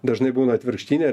dažnai būna atvirkštinė